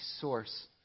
source